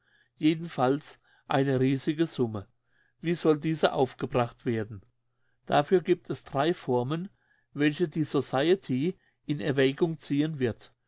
jedenfalls eine riesige summe wie soll diese aufgebracht werden dafür gibt es drei formen welche die society in erwägung ziehen wird